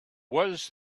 was